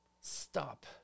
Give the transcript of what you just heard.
stop